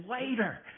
later